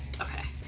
Okay